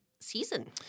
season